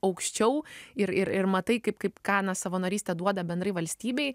aukščiau ir ir ir matai kaip kaip ką na savanorystė duoda bendrai valstybei